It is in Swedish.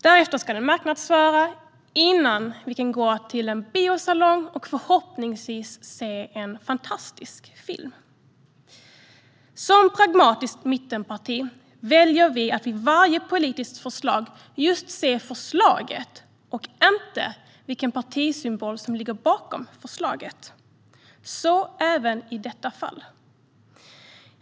Därefter ska filmen marknadsföras innan vi kan gå till en biosalong och förhoppningsvis se en fantastisk film. Som pragmatiskt mittenparti väljer vi att vid varje politiskt förslag se just förslaget och inte vilket parti som ligger bakom förslaget. Så även i detta fall.